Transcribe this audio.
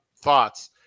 thoughts